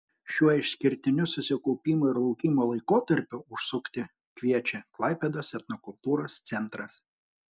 šiuo išskirtiniu susikaupimo ir laukimo laikotarpiu užsukti kviečia klaipėdos etnokultūros centras